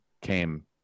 came